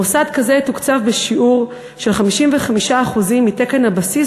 מוסד כזה יתוקצב בשיעור של 55% מתקן הבסיס